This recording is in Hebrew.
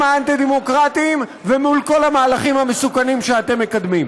האנטי-דמוקרטיים ומול כל המהלכים המסוכנים שאתם מקדמים.